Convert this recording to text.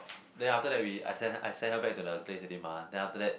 then after that we I send I send her back to the place already mah then after that